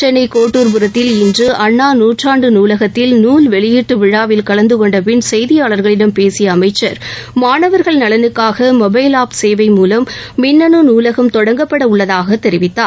சென்னை கோட்டூர்புரத்தில் இன்று அண்ணா நூற்றாண்டு நூலகத்தில் நூல் வெளியீட்டு விழாவில் கலந்துகொண்டபின் செய்தியாளர்களிடம் பேசிய அமைச்சர் மாணவர்கள் நலனுக்காக மொபைல் ஆப் சேவை மூலம் மின்னனு நூலகம் தொடங்கப்படவுள்ளதாகவும் தெரிவித்தார்